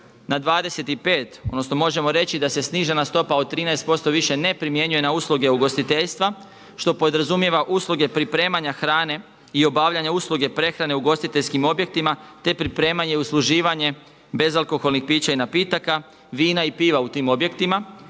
odnosno možemo reći da se snižena stopa od 13% više ne primjenjuje na usluge u ugostiteljstva što podrazumijeva usluge pripremanja hrane i obavljanja usluge prehrane ugostiteljskim objektima te pripremanje i usluživanje bezalkoholnih pića i napitaka, vina i piva u tim objektima